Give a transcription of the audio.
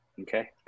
Okay